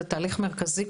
זה תהליך מרכזי,